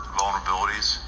vulnerabilities